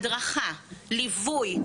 הדרכה ליווי,